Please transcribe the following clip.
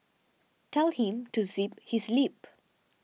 tell him to zip his lip